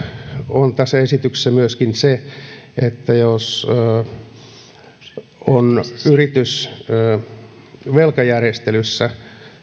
on tässä esityksessä myöskin se että jos yritys on velkajärjestelyssä